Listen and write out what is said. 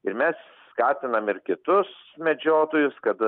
ir mes skatinam ir kitus medžiotojus kad